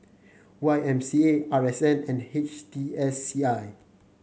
Y M C A R S N and H T S C I